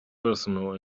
personal